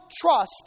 trust